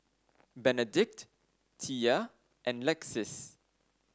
Benedict Thea and Lexis